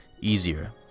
easier